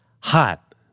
hot